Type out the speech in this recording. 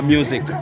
Music